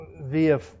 via